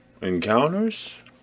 encounters